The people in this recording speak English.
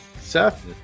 Seth